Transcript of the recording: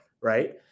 right